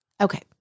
Okay